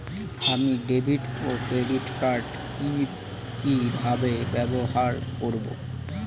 আমি ডেভিড ও credit card কি কিভাবে ব্যবহার করব?